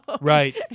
Right